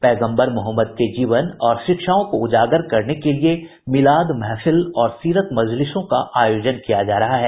पैगम्बर मोहम्मद के जीवन और शिक्षाओं को उजागर करने के लिए मिलाद महफिल और सीरत मजलिसों का आयोजन किया जा रहा है